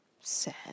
Sad